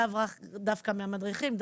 לאו דווקא מהמדריכים.